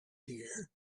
hear